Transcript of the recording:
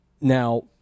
now